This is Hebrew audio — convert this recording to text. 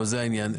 זה העניין.